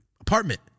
apartment